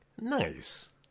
Nice